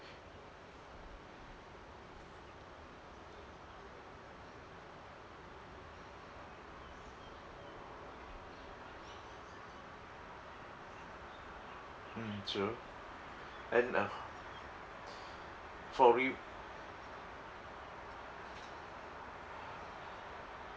mm true and uh for re~